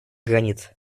границ